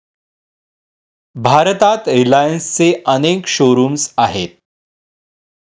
भारतात रिलायन्सचे अनेक शोरूम्स आहेत